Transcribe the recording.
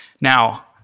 Now